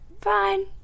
fine